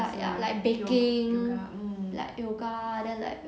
like ya like baking like yoga then like